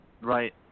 Right